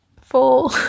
Four